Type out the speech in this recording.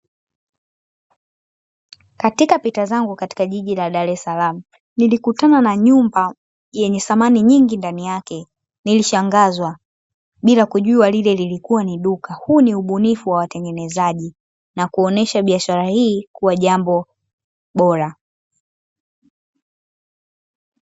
Katika pita zangu katika jiji la Dar es salaam nilikutana na nyumba yenye samani nyingi ndani yake nilishangazwa bila kujua lile lilikuwa ni duka. Huu ni ubunifu wa watengenezaji na kuonesha biashara hii kuwa jambo bora.